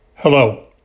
Hello